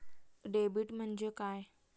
Debit म्हणजे काय?